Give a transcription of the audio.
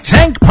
Tank